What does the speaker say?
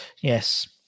yes